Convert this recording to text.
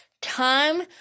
time